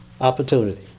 opportunity